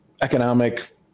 economic